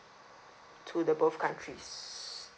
to the both countries